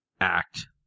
Act